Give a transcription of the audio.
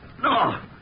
No